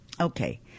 Okay